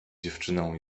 dziewczyną